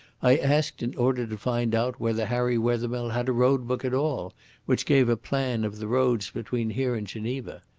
i asked in order to find out whether harry wethermill had a road-book at all which gave a plan of the roads between here and geneva.